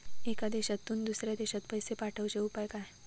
एका देशातून दुसऱ्या देशात पैसे पाठवचे उपाय काय?